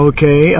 Okay